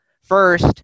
first